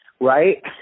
Right